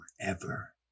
forever